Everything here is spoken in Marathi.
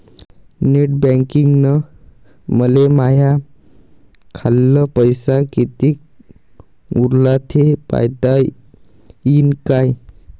नेट बँकिंगनं मले माह्या खाल्ल पैसा कितीक उरला थे पायता यीन काय?